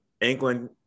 England